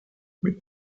mit